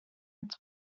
its